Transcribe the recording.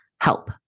help